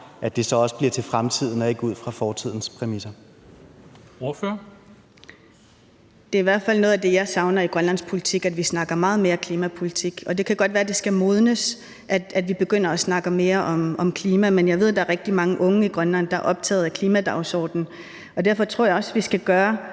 Formanden (Henrik Dam Kristensen): Ordføreren. Kl. 19:59 Aaja Chemnitz Larsen (IA): Det er i hvert fald noget af det, jeg savner i grønlandsk politik, at vi snakker meget mere klimapolitik, og det kan godt være, at det skal modnes, at vi begynder at snakke mere om klima. Men jeg ved, at der er rigtig mange unge i Grønland, der er optaget af klimadagsordenen, og derfor tror jeg også, vi skal gøre